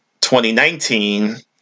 2019